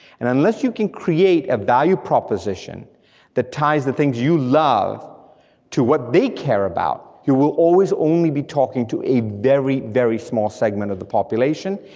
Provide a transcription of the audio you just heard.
and unless you can create a value proposition that ties the things you love to what they care about, you will always only be talking to a very, very small segment of the population,